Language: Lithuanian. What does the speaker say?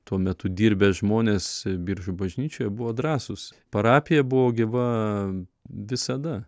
tuo metu dirbę žmonės biržų bažnyčioje buvo drąsūs parapija buvo gyva visada